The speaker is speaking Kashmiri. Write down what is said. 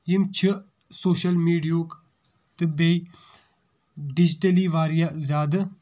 یِم چھِ سوشل میٖڈیُک تہٕ بیٚیہِ ڈجٹلی واریاہ زیادٕ